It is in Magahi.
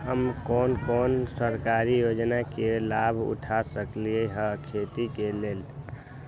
हम कोन कोन सरकारी योजना के लाभ उठा सकली ह खेती के लेल?